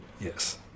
Yes